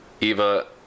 Eva